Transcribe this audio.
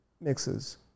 mixes